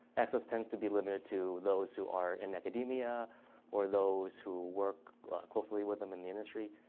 access tends to be limited to those who are in academia or those who work closely with them in the industry.